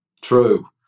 True